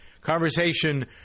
conversation